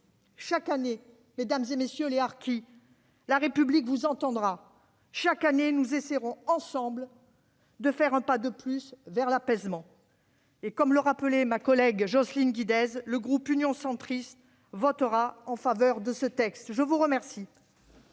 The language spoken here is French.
Chaque année, mesdames, messieurs les harkis, la République vous entendra. Chaque année, nous essaierons ensemble de faire un pas de plus vers l'apaisement. Comme l'indiquait ma collègue Jocelyne Guidez, les membres du groupe Union Centriste voteront en faveur de ce texte. La parole